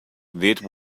that